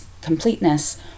completeness